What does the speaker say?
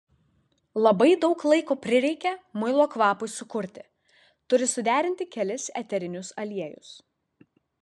labai daug laiko prireikia muilo kvapui sukurti turi suderinti kelis eterinius aliejus